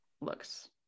looks